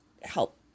help